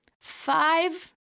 five